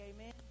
amen